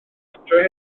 adre